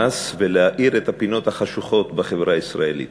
ולהאיר את הפינות החשוכות בחברה הישראלית.